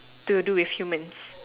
to do with humans